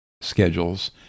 schedules